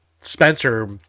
Spencer